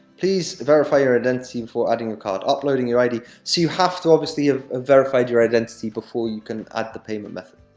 please verify your identity before adding a card uploading your id. so, you have to, obviously, have ah ah verified your identity, before you can add the payment method,